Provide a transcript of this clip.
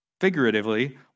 Figuratively